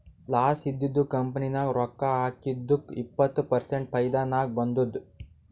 loss ಇದ್ದಿದು company ನಾಗ್ ರೊಕ್ಕಾ ಹಾಕಿದ್ದುಕ್ ಇಪ್ಪತ್ ಪರ್ಸೆಂಟ್ ಫೈದಾ ನಾಗ್ ಬಂದುದ್